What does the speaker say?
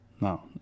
No